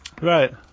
Right